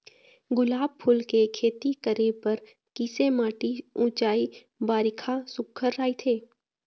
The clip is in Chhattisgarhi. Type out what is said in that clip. गुलाब फूल के खेती करे बर किसे माटी ऊंचाई बारिखा सुघ्घर राइथे?